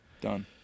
Done